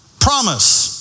Promise